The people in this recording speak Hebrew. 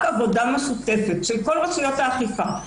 להיות רק עבודה משותפת של כל רשויות האכיפה,